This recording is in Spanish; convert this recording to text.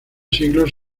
siglos